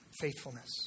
Faithfulness